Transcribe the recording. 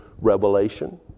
Revelation